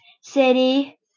city